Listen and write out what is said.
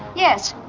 yes,